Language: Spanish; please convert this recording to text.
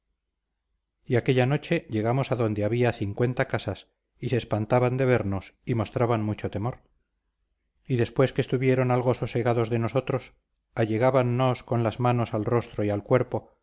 y aquella noche llegamos adonde había cincuenta casas y se espantaban de vernos y mostraban mucho temor y después que estuvieron algo sosegados de nosotros allegábannos con las manos al rostro y al cuerpo